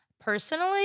Personally